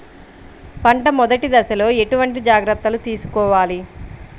పంట మెదటి దశలో ఎటువంటి జాగ్రత్తలు తీసుకోవాలి?